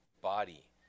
body